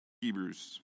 Hebrews